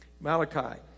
Malachi